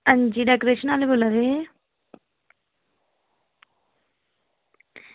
अंजी डेकोरेशन आह्ले बोल्ला दे